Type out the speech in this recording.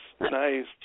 nice